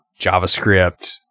JavaScript